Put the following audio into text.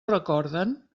recorden